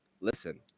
listen